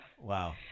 Wow